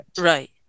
Right